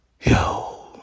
Yo